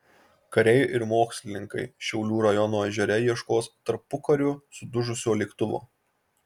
kariai ir mokslininkai šiaulių rajono ežere ieškos tarpukariu sudužusio lėktuvo